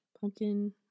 pumpkin